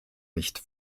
nicht